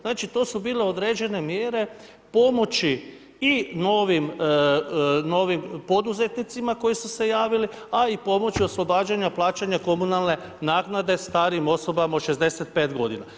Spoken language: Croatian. Znači to su bile određene mjere pomoći i novim, novim poduzetnicima koji su se javili a i pomoći oslobađanja plaćanja komunalne naknade starim osobama od 65 godina.